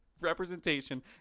Representation